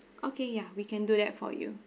okay ya we can do that for you